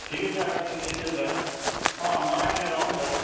ठिकै छ अब तिमीले त्यसोभए अँ नयाँ लिएर आऊ न त